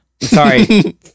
sorry